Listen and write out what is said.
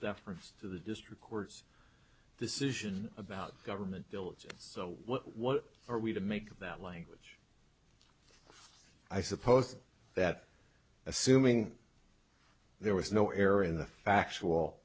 deference to the district court's decision about government diligence so what are we to make of that language i suppose that assuming there was no error in the factual